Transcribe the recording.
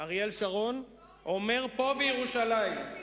אריאל שרון, אמר פה, בירושלים,